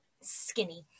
Skinny